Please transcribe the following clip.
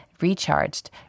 recharged